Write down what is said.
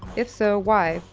if so, why?